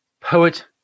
poet